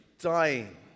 dying